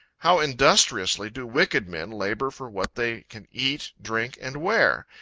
how industriously do wicked men labor for what they can eat, drink and wear.